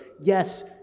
Yes